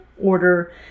order